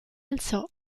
alzò